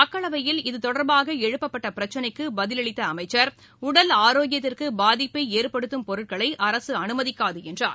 மக்களவையில் தொடர்பாகஎழுப்பப்பட்டபிரக்சினைக்குபதிலளித்தஅமைச்சர் உடல் இது ஆரோக்கியத்திற்குபாதிப்பைஏற்படுத்தும் பொருட்களைஅரசுஅனுமதிக்காதுஎன்றார்